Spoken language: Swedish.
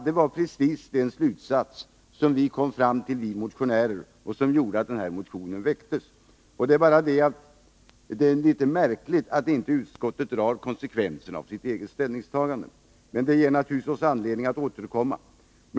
Det var precis den slutsats som vi motionärer drog och som gjorde att den här motionen väcktes. Det är bara litet märkligt att inte utskottet drar konsekvenserna av sitt eget ställningstagande. Det ger naturligtvis oss anledning att återkomma.